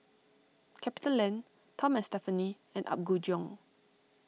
CapitaLand Tom and Stephanie and Apgujeong